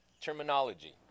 terminology